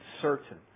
certain